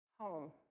home